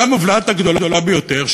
והמובלעת הגדולה ביותר,